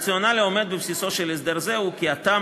הרציונל העומד בבסיסו של הסדר זה הוא כי הטעם